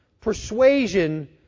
persuasion